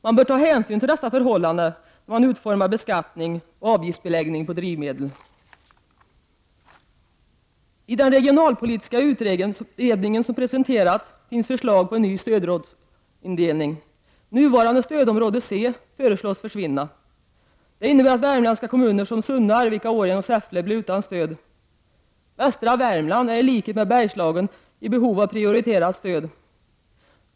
Man bör ta hänsyn till detta förhållande, när man utformar beskattning och avgiftsbeläggning på drivmedel. I den regionalpolitiska utredning som har presenterats finns förslag på en ny stödområdesindelning. Nuvarande stödområde C föreslås försvinna. Det innebär att värmländska kommuner som Sunne, Arvika, Årjäng och Säffle blir utan stöd. Västra Värmland är i likhet med Bergslagen i behov av prioriterat stöd.